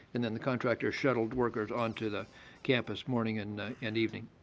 and then the contractor shuttled workers onto the campus morning and and evening.